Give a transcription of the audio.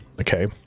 okay